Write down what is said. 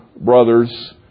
brothers